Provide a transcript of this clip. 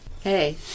Hey